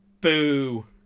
Boo